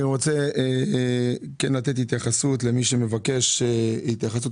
אני רוצה לתת התייחסות למי שמבקש להתייחס.